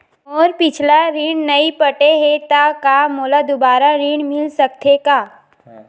मोर पिछला ऋण नइ पटे हे त का मोला दुबारा ऋण मिल सकथे का?